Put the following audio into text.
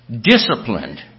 Disciplined